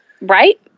Right